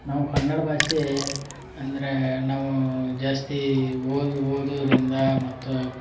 ನಾವು ಕನ್ನಡ ಭಾಷೆ ಅಂದರೆ ನಾವು ಜಾಸ್ತಿ ಓದು ಓದುರಿಂದಾ ಮತ್ತು